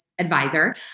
advisor